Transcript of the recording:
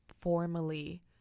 formally